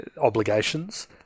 obligations